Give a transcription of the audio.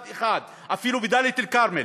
אחד-אחד, אפילו בדאלית אל-כרמל,